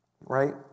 right